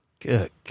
Good